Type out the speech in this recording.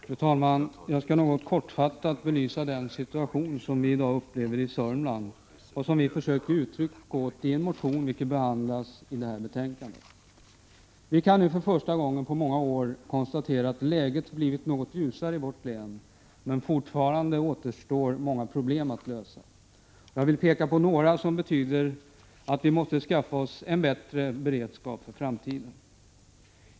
Fru talman! Jag skall kortfattat belysa den situation vi i dag upplever i Sörmland och som vi försöker ge uttryck åt i en motion, som behandlas i detta betänkande. Vi kan nu för första gången på många år konstatera att läget har blivit något ljusare i vårt län. Fortfarande återstår dock många problem att lösa. Jag vill peka på några av dem som medför att vi måste skaffa oss en bättre beredskap inför framtiden.